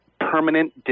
permanent